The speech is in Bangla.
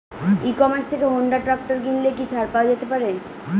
ই কমার্স থেকে হোন্ডা ট্রাকটার কিনলে কি ছাড় পাওয়া যেতে পারে?